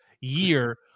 year